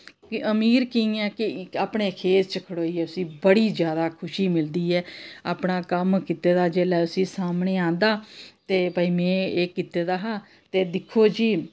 कि अमीर कि'यां कि अपने खेत च खड़ोइयै उस्सी बड़ी जैदा खुशी मिलदी ऐ अपना कम्म कीते दा जिसलै उस्सी सामनै आंदा ते भई में एह् कीते दा हा ते दिक्खो जी